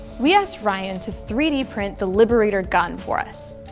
we asked ryan to three d print the liberator gun for us.